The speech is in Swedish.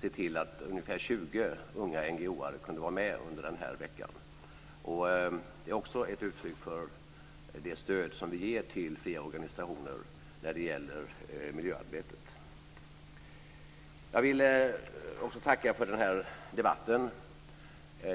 se till att ungefär 20 unga NGO:are kunde vara med under denna vecka. Det är också ett uttryck för det stöd som vi ger till fria organisationer när det gäller miljöarbetet. Jag vill också tacka för denna debatt.